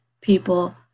people